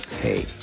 Hey